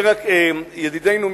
ידידנו,